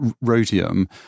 rhodium